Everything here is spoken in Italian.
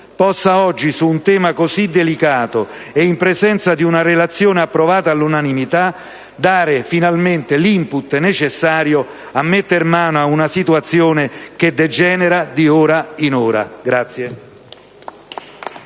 possa oggi, su un tema così delicato e in presenza di una relazione approvata all'unanimità, dare finalmente l'*input* necessario a mettere mano a una situazione che degenera di ora in ora.